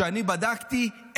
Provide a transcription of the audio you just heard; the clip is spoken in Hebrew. שאני בדקתי,